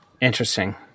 Interesting